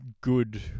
good